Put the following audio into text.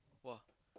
!wah!